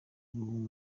w’amaguru